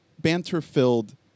banter-filled